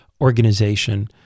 organization